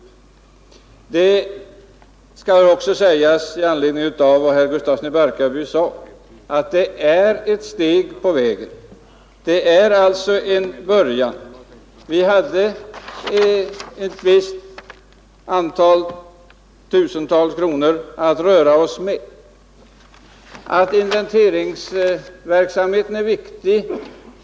I anledning av vad herr Gustafsson i Barkarby sade vill jag även framhålla att det är ett steg på vägen, att det är en början till en ytterligare utbyggd organisation. Vi hade ett visst begränsat antal tusenlappar att röra oss med.